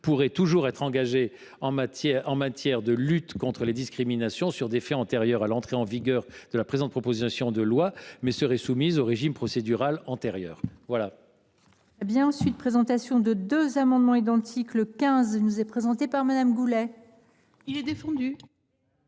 pourraient toujours être engagées en matière de lutte contre les discriminations sur des faits antérieurs à l’entrée en vigueur de la présente proposition de loi, mais elles seraient soumises au régime procédural antérieur. Les